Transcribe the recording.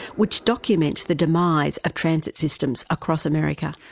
which documents the demise of transit systems across america.